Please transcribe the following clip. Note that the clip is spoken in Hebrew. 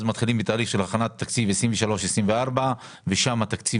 אז מתחילים בתהליך של הכנת התקציב לשנת 2024-2023 ושם התקציב